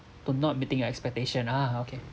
to not meeting your expectation ah okay